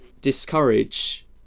discourage